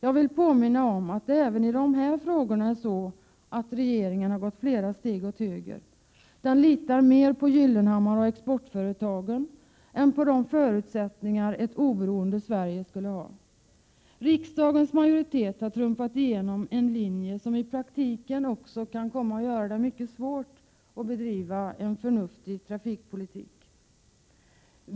Jag vill påminna om att regeringen även i de frågorna har gått flera steg åt höger. Den litar mer på Gyllenhammar och exportföretagen än på de förutsättningar ett oberoende Sverige skulle ha. Riksdagens majoritet har trumfat igenom en linje som i praktiken också kan komma att göra det mycket svårt att driva en förnuftig trafikpolitik.